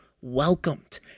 welcomed